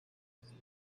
wachsen